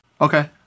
okay